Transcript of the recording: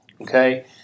okay